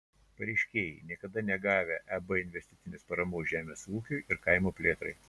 pareiškėjai niekada negavę eb investicinės paramos žemės ūkiui ir kaimo plėtrai